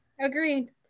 agreed